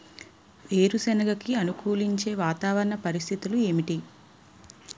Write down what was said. వేరుసెనగ కి అనుకూలించే వాతావరణ పరిస్థితులు ఏమిటి?